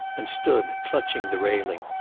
and stood, clutching the railing,